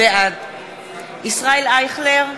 בעד ישראל אייכלר,